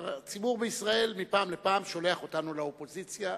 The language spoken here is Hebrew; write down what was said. והציבור בישראל, מפעם לפעם שולח אותנו לאופוזיציה,